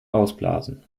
ausblasen